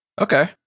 okay